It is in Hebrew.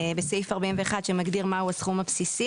בסעיף 41 שמגדיר מהו הסכום הבסיסי,